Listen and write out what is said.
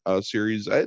series